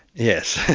yes,